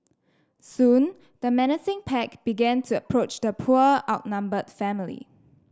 soon the menacing pack began to approach the poor outnumbered family